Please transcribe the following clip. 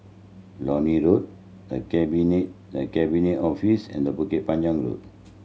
Lornie Road The Cabinet The Cabinet Office and Bukit Panjang Road